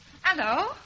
Hello